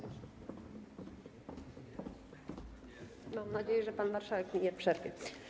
Mam nadzieję, że pan marszałek mi nie przerwie.